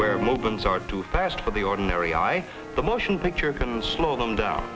where movements are too fast for the ordinary eye the motion picture can slow them down